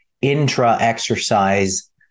intra-exercise